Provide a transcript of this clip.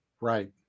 Right